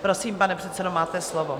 Prosím, pane předsedo, máte slovo.